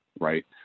right